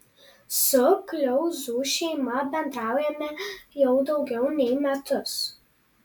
su kliauzų šeima bendraujame jau daugiau nei metus